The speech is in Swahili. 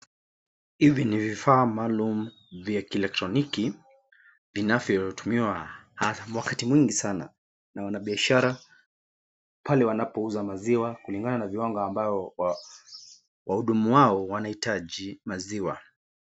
Hivi ni vifaa maalum vya kielektroniki vinavyotumiwa wakati mwingi sana na wanabiashara pale wanapouza maziwa kulingana na viwango ambayo wahudumu wao wanaitaji maziwa.